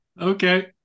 okay